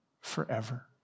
forever